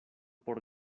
por